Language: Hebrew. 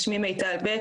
שמי מיטל בק,